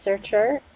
researcher